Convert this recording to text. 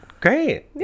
great